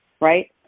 right